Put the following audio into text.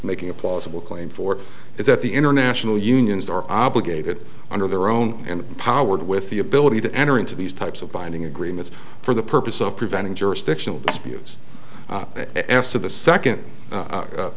making a plausible claim for is that the international unions are obligated under their own and empowered with the ability to enter into these types of binding agreements for the purpose of preventing jurisdictional disputes s of the second